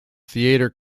theatre